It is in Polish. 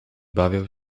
bawią